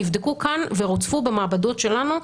נבדקו כאן ורוצפו במעבדות שלנו,